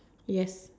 yes